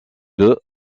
deux